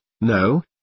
no